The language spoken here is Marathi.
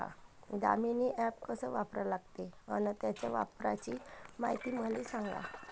दामीनी ॲप कस वापरा लागते? अन त्याच्या वापराची मायती मले सांगा